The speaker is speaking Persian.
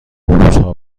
بلوزها